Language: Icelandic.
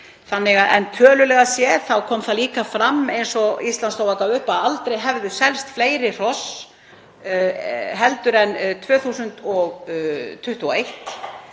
Tölulega séð kom það líka fram, eins og Íslandsstofa gaf upp, að aldrei hefðu selst fleiri hross heldur en 2021.